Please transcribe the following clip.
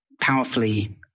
powerfully